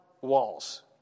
walls